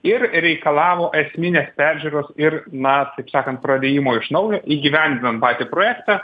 ir reikalavo esminės peržiūros ir na taip sakant pradėjimo iš naujo įgyvendinant patį projektą